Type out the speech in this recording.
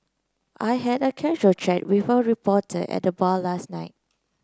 I had a casual chat with a reporter at the bar last night